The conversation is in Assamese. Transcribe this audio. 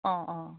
অঁ অঁ